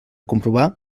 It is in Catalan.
comprovar